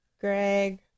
Greg